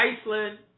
Iceland